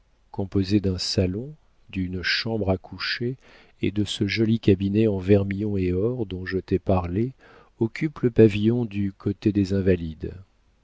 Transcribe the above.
composé d'un salon d'une chambre à coucher et de ce joli cabinet en vermillon et or dont je t'ai parlé occupe le pavillon du côté des invalides